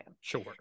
Sure